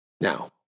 Now